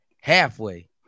halfway